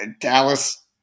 Dallas